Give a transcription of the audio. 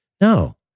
No